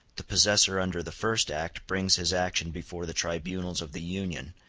the possessor under the first act brings his action before the tribunals of the union,